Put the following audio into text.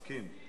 מסכים.